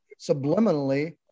subliminally